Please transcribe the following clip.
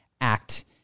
act